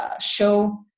show